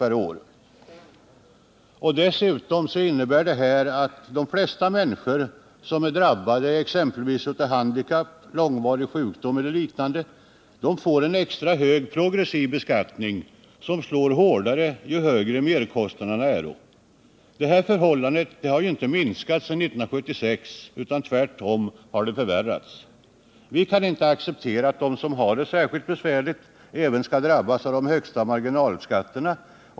Dessutom innebär de bestämmelser som finns att de flesta människor som är drabbade av t.ex. handikapp, långvarig sjukdom eller liknande kommer att få extra hög progressiv beskattning, som slår hårdare ju högre merkostnaderna är. Detta förhållande har inte förbättrats sedan 1976 utan tvärtom har det förvärrats. Vi kan inte acceptera att de som har det särskilt besvärligt även skall drabbas av de högsta marginalskatterna.